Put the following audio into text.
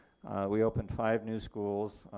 we opened five new schools,